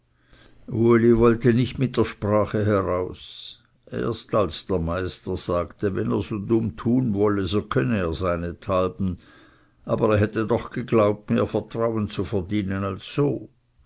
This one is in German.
uli wollte nicht mit der sprache heraus erst als der meister sagte wenn er so dumm tun wolle so könne er seinethalben aber er hätte doch geglaubt mehr vertrauen zu verdienen als so